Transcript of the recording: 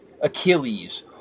Achilles